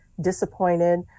disappointed